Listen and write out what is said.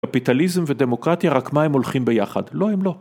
קפיטליזם ודמוקרטיה רק מה הם הולכים ביחד, לא הם לא.